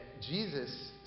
Jesus